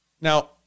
Now